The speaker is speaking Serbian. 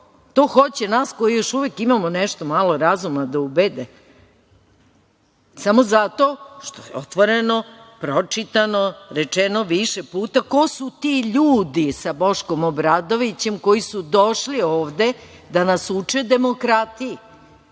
to hoće nas koji još uvek imamo nešto malo razuma da ubede, samo zato što je otvoreno pročitano, rečeno više puta ko su ti ljudi sa Boškom Obradovićem koji su došli ovde da nas uče demokratiji